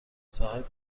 زاهد